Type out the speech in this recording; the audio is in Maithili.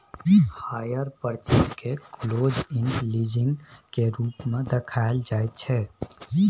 हायर पर्चेज केँ क्लोज इण्ड लीजिंग केर रूप मे देखाएल जाइ छै